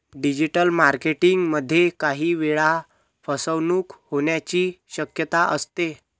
digital marketing मध्ये काही वेळा फसवणूक होण्याची शक्यता असते